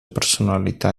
personalità